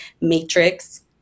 matrix